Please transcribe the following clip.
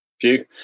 view